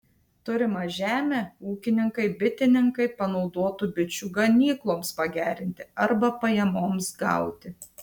turimą žemę ūkininkai bitininkai panaudotų bičių ganykloms pagerinti arba pajamoms gauti